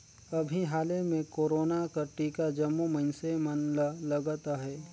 अभीं हाले में कोरोना कर टीका जम्मो मइनसे मन ल लगत अहे